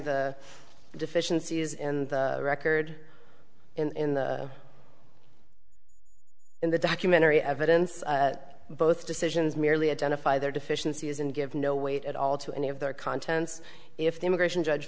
the deficiencies in the record in the in the documentary evidence both decisions merely identify their deficiencies and give no weight at all to any of their contents if the immigration judge